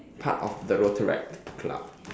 part of the rotaract club